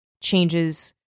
changes